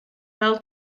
fel